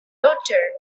uttered